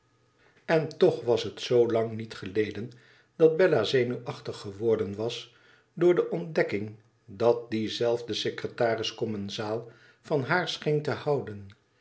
n toch was het zoo lang niet geleden dat bella zenuwachtig geworden was door de ontdekking dat die zelfde secretaris commensaal van haar scheen te houden